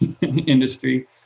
industry